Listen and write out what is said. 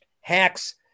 hacks